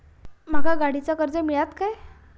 माका गाडीचा कर्ज मिळात काय?